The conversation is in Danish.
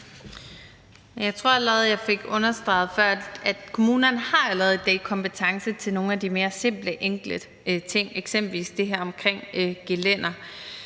Jeg tror allerede, jeg fik understreget før, at kommunerne allerede i dag har kompetence til nogle af de mere simple, enkle ting, eksempelvis det her med gelændere,